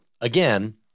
again